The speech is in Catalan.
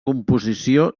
composició